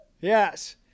Yes